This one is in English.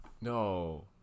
No